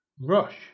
Rush